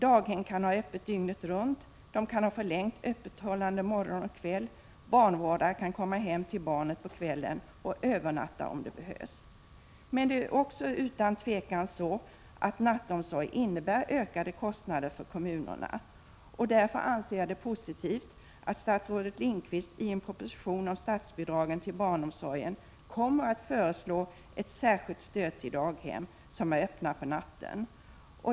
Daghem kan ha öppet dygnet runt. De kan ha förlängt öppethållande morgon och kväll. Barnvårdare kan komma hem till barnet på kvällen och övernatta om det behövs. Det är dock utan tvivel så att nattomsorg innebär ökade kostnader för kommunerna. Därför anser jag det positivt att statsrådet Lindqvist i en proposition om statsbidragen till barnomsorgen kommer att föreslå ett särskilt stöd till daghem som är öppna på natten.